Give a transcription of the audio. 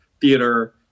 theater